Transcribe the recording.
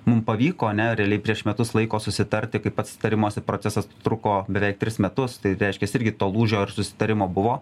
mum pavyko ar ne realiai prieš metus laiko susitarti kaip pats tarimosi procesas truko beveik tris metus tai reiškia irgi to lūžo ir susitarimo buvo